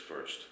first